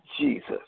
Jesus